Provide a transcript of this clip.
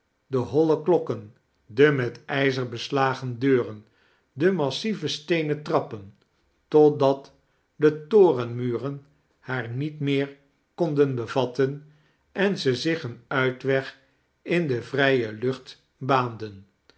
de holle klokken de met ijzer beslagen deuren de massieve steenen trappen totdat de torenmuren haar niet meer konden bevatten en ze zich een uitweg in de vrije inchit baanden